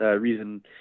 reason